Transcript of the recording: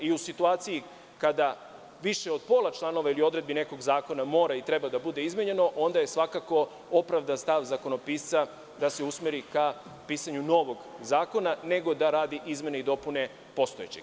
U situaciji kada više od pola članova ili odredbi nekog zakona mora i treba da bude izmenjeno, onda je svakako opravdan stav zakonopisca da se usmeri ka pisanju novog zakona, nego da radi izmene i dopune postojećeg.